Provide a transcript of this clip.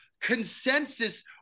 consensus